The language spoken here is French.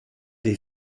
des